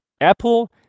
Apple